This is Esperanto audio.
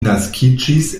naskiĝis